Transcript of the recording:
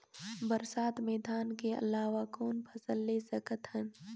बरसात मे धान के अलावा कौन फसल ले सकत हन?